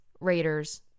Raiders